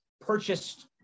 purchased